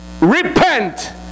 repent